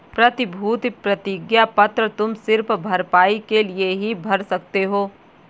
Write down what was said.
प्रतिभूति प्रतिज्ञा पत्र तुम सिर्फ भरपाई के लिए ही भर सकते हो